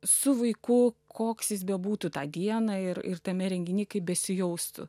su vaiku koks jis bebūtų tą dieną ir ir tame renginy kaip besijaustų